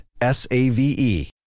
S-A-V-E